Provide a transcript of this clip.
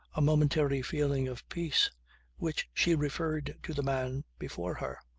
a momentary feeling of peace which she referred to the man before her.